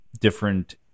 different